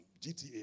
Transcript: GTA